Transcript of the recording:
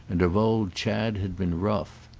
and of old chad had been rough.